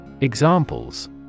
Examples